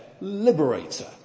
liberator